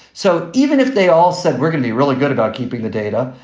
so even if they all said we're going to be really good about keeping the data,